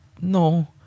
No